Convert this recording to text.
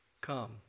come